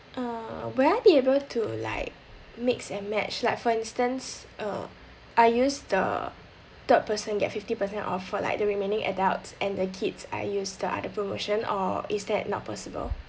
uh will I be able to like mix and match like for instance uh I use the third person get fifty percent off for like the remaining adults and the kids I use the other uh promotion or is that not possible